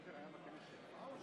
בעד.